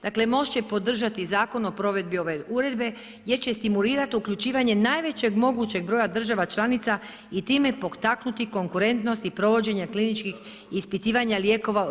Dakle Most će podržati zakon o provedbi ove uredbe gdje će stimulirat uključivanje najvećeg mogućeg broja država članica i time potaknuti konkurentnost i provođenje kliničkih ispitivanja lijekova u EU.